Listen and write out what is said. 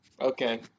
Okay